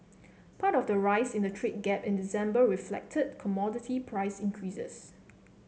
part of the rise in the trade gap in December reflected commodity price increases